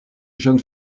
jeunes